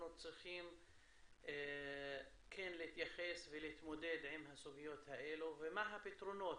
צריכים כן להתייחס ולהתמודד עם הסוגיות האלה ומה הפתרונות.